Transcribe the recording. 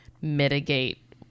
mitigate